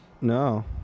No